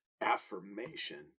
affirmation